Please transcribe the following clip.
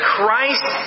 Christ